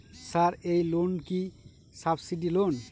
Sir এই loan কি subsidy loan?